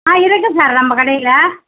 ஆ இருக்கு சார் நம்ப கடையில்